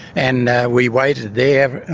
and we waited there, oh,